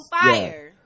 fire